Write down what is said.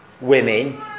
women